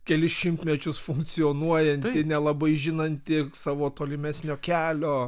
kelis šimtmečius funkcionuojanti nelabai žinanti savo tolimesnio kelio